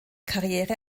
karriere